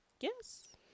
Yes